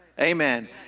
Amen